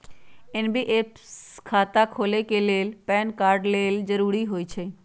NPS खता खोले के लेल पैन कार्ड लेल जरूरी होइ छै